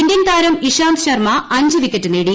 Indian താരം ഇശാന്ത് ശർമ്മ അഞ്ച് wicket നേടി